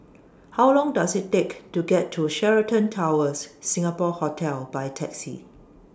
How Long Does IT Take to get to Sheraton Towers Singapore Hotel By Taxi